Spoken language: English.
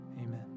Amen